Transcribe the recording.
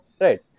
Right